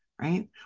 Right